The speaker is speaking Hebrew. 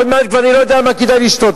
עוד מעט אני כבר לא יודע מה כדאי לשתות,